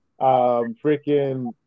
freaking